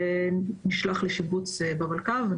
זה נשלח לשיבוץ --- את